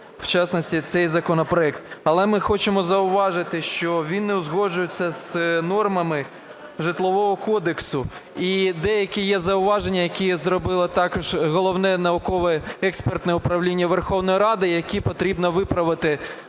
в частности, цей законопроект. Але ми хочемо зауважити, що він не узгоджується з нормами Житлового кодексу і деякі є зауваження, які зробило також Головне науково-експертне управління Верховної Ради, які потрібно виправити